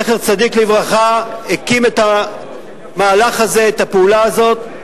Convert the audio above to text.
זכר צדיק לברכה, את המהלך הזה, את הפעולה הזאת.